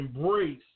embrace